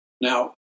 Now